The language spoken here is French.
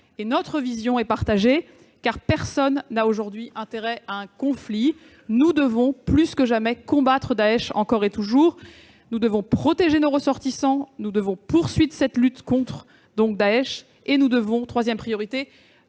Notre vision est partagée, car personne n'a aujourd'hui intérêt à un conflit. Nous devons, plus que jamais, combattre Daech encore et toujours. Nous devons d'abord protéger nos ressortissants. Nous devons ensuite poursuivre cette lutte contre Daech. Nous devons enfin éviter